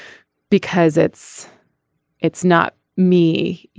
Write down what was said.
because it's it's not me.